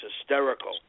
hysterical